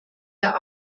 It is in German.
der